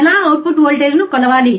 ఎలా అవుట్పుట్ వోల్టేజ్ను కొలవాలి